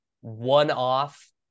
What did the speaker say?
one-off